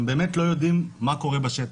הם באמת לא יודעים מה קורה בשטח.